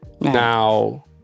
Now